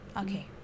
Okay